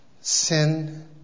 sin